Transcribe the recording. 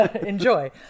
enjoy